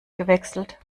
gewechselt